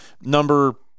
number